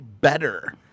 better